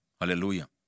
Hallelujah